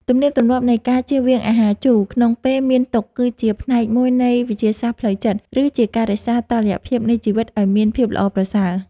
ទំនៀមទម្លាប់នៃការជៀសវាងអាហារជូរក្នុងពេលមានទុក្ខគឺជាផ្នែកមួយនៃវិទ្យាសាស្ត្រផ្លូវចិត្ត ឬ ជាការរក្សាតុល្យភាពនៃជីវិតឱ្យមានភាពល្អប្រសើរ។